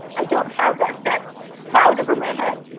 i don't have that that cloud over my head.